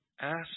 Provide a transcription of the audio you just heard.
ask